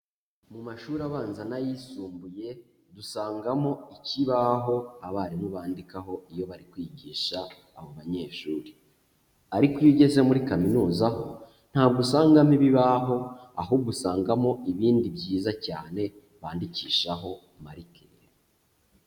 Mu mashuri abanza n'ayisumbuye dusangamo ikibaho abarimu bandikaho iyo bari kwigisha abo banyeshuri, ariko iyo ugeze muri kaminuza ho ntabwo usangamo ibibaho, ahubwo usangamo ibindi byiza cyane bandikishaho marikere.